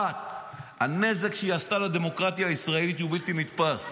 1. הנזק שהיא עשתה לדמוקרטיה הישראלית הוא בלתי נתפס,